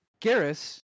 Garrus